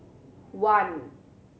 one